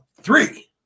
three